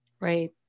Right